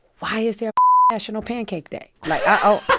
why is there national pancake day? like, i.